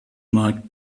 markt